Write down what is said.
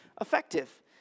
effective